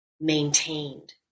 maintained